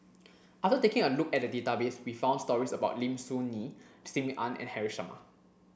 after taking a look at the database we found stories about Lim Soo Ngee Sim Ann and Haresh Sharma